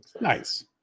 Nice